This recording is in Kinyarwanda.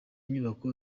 nyubako